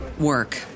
work